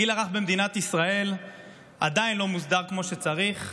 הגיל הרך במדינת ישראל עדיין לא מוסדר כמו שצריך,